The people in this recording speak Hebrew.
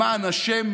למען השם,